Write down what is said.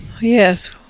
Yes